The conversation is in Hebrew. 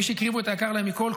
מי שהקריבו את היקר להם מכול,